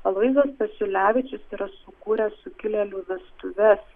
aloyzas stasiulevičius yra sukūręs sukilėlių vestuves